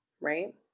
right